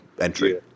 entry